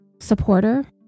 supporter